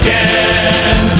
Again